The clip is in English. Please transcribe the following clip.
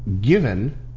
given